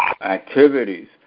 activities